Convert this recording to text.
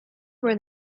where